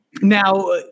Now